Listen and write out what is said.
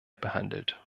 behandelt